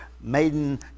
maiden